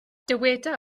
dyweda